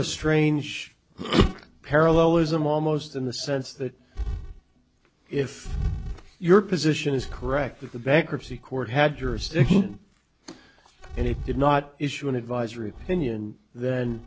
a strange parallelism almost in the sense that if your position is correct that the bankruptcy court had jurisdiction and it did not issue an advisory opinion